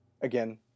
again